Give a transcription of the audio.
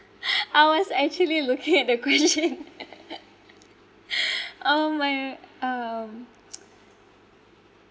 I was actually looking at the question oh my um